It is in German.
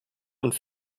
und